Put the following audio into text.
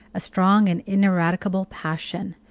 a strong and ineradicable passion,